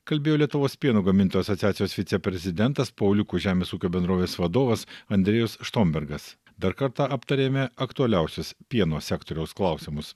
kalbėjo lietuvos pieno gamintojų asociacijos viceprezidentas pauliukų žemės ūkio bendrovės vadovas andrėjus štombergas dar kartą aptarėme aktualiausius pieno sektoriaus klausimus